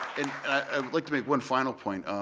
and i would like to make one final point.